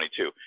2022